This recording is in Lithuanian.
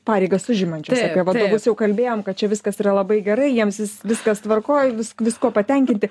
pareigas užimančius apie vadovus jau kalbėjom kad čia viskas yra labai gerai jiems viskas tvarkoj viskuo patenkinti